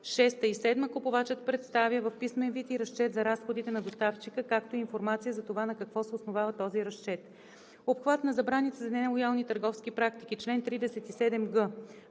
5, 6 и 7 купувачът представя в писмен вид и разчет за разходите на доставчика, както и информация за това на какво се основава този разчет. Обхват на забраните за нелоялни търговски практики Чл. 37г.